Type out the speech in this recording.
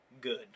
good